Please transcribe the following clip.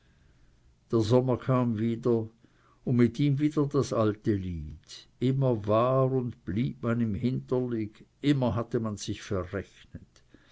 der sommer kam wieder und mit ihm wieder das alte lied immer war und blieb man im hinterlig immer hatte man sich verrechnet